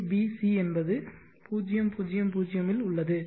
a bc என்பது 0 0 0 ல் உள்ளது